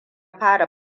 fara